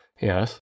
Yes